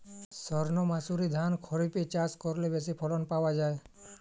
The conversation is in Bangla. সর্ণমাসুরি ধান খরিপে চাষ করলে বেশি ফলন পাওয়া যায়?